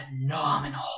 phenomenal